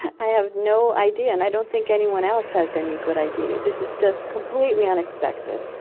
i have no idea, and i don't think anyone else has any good idea. this is just completely unexpected.